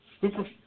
super